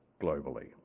globally